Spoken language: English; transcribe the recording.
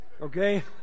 Okay